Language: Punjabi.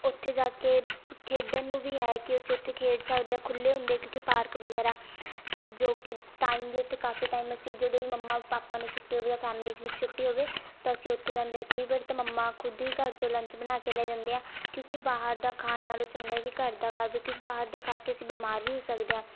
ਉੱਥੇ ਜਾ ਕੇ ਖੇਡਣ ਨੂੰ ਵੀ ਹੈ ਕਿ ਅਸੀਂ ਉੱਥੇ ਖੇਡ ਸਕਦੇ ਹਾਂ ਖੁੱਲ੍ਹੇ ਹੁੰਦੇ ਕਿਉਂਕਿ ਪਾਰਕ ਵਗੈਰਾ ਜੋ ਕਿ ਟਾਈਮ ਵੀ ਉੱਥੇ ਕਾਫੀ ਟਾਈਮ ਅਸੀਂ ਜਦੋਂ ਵੀ ਮੰਮਾ ਪਾਪਾ ਨੂੰ ਛੁੱਟੀ ਹੋਵੇ ਜਾਂ ਫੈਮਲੀ 'ਚ ਵੀ ਛੁੱਟੀ ਹੋਵੇ ਤਾਂ ਅਸੀਂ ਉੱਥੇ ਜਾਂਦੇ ਆ ਕਈ ਵਾਰ ਤਾਂ ਮੰਮਾ ਖੁਦ ਹੀ ਘਰ ਤੋਂ ਲੰਚ ਬਣਾ ਕੇ ਲੈ ਜਾਂਦੇ ਹਾਂ ਕਿਉਂਕਿ ਬਾਹਰ ਦਾ ਖਾਣ ਨਾਲੋਂ ਚੰਗਾ ਏ ਕਿ ਘਰ ਦਾ ਖਾਵੇ ਕਿਉਂਕਿ ਬਾਹਰ ਦਾ ਖਾ ਕੇ ਅਸੀਂ ਬਿਮਾਰ ਵੀ ਹੋ ਸਕਦੇ ਹਾਂ